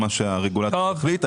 יהיה מה שהרגולטור יחליט.